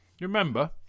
remember